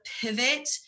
pivot